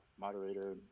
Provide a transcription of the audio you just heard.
moderator